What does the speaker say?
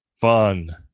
fun